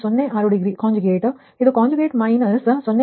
06 degree conjugate ಇದು conjugate minus 0